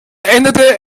änderte